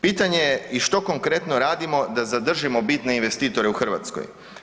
Pitanje i što konkretno radimo da zadržimo bitne investitore u Hrvatskoj?